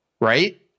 right